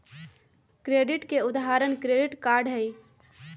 credit के उदाहरण credit card हई